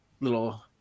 little